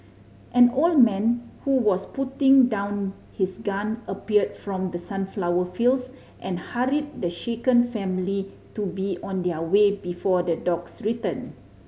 an old man who was putting down his gun appear from the sunflower fields and hurried the shaken family to be on their way before the dogs return